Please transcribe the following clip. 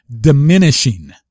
diminishing